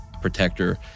protector